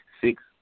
six